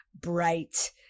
bright